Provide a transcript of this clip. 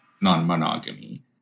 non-monogamy